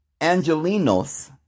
Angelinos